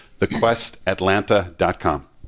thequestatlanta.com